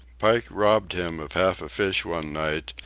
pike robbed him of half a fish one night,